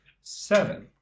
seven